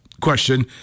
Question